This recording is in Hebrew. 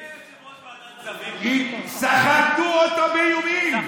מי היה יושב-ראש ועדת הכספים, סחטו אותו באיומים.